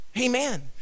amen